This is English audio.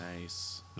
nice